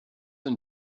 and